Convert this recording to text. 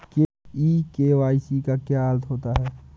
ई KYC का क्या अर्थ होता है?